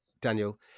Daniel